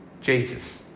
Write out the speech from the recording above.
Jesus